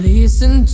Listen